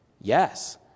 Yes